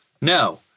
No